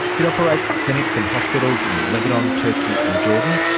it operates clinics and hospitals in lebanon, turkey and jordan.